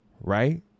right